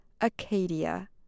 Acadia